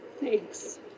Thanks